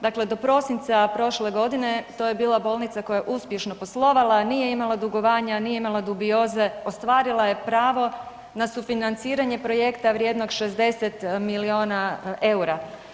Dakle, to prosinca prošle godine, to je bila bolnica koja je uspješno poslovala, nije imala dugovanja, nije imala dubioze, ostvarila je pravo na sufinanciranje projekta vrijednog 60 milijuna eura.